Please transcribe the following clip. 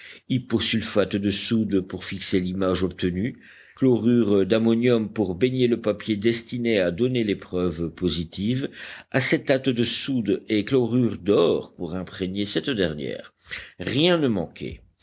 hyposulfate de soude pour fixer l'image obtenue chlorure d'ammonium pour baigner le papier destiné à donner l'épreuve positive acétate de soude et chlorure d'or pour imprégner cette dernière rien ne manquait